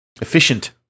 Efficient